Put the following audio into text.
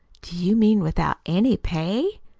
do you mean without any pay?